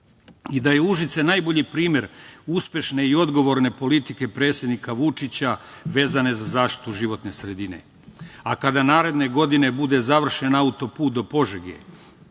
i da je Užice najbolji primer uspešne i odgovorne politike predsednika Vučića vezano za zaštitu životne sredine. Kada naredne godine bude završen auto-put do Požege,